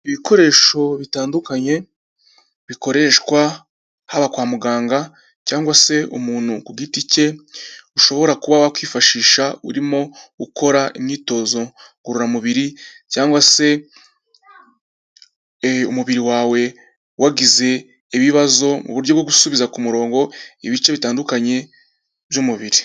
Ibikoresho bitandukanye bikoreshwa haba kwa muganga cyangwa se umuntu ku giti cye ushobora kuba wakwifashisha urimo ukora imyitozo ngororamubiri cyangwa se umubiri wawe wagize ibibazo mu buryo bwo gusubiza ku murongo ibice bitandukanye by'umubiri.